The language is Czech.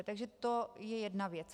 Takže to je jedna věc.